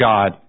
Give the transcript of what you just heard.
God